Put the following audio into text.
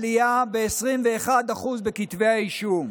עלייה ב-21% בכתבי האישום.